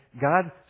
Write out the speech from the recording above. God